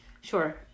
Sure